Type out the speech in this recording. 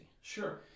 Sure